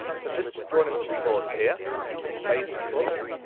so i've just drawn in some chords here, just some basic chords.